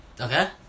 okay